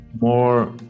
more